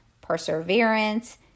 perseverance